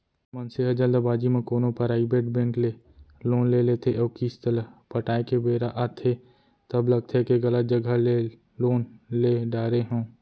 मनसे ह जल्दबाजी म कोनो पराइबेट बेंक ले लोन ले लेथे अउ किस्त ल पटाए के बेरा आथे तब लगथे के गलत जघा ले लोन ले डारे हँव